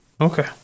Okay